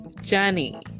jenny